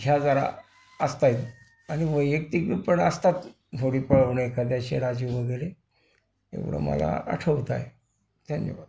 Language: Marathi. ह्या जरा असत आहेत आणि वैयक्तिक पण असतात होडी पळवणे एखाद्याशी राजे वगैरे एवढं मला आठवतं आहे धन्यवाद